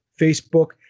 Facebook